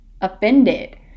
offended